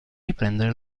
riprendere